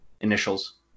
initials